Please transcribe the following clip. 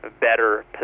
better